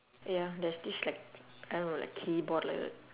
ya there's this like I don't know like keyboard like that